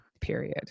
period